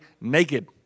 naked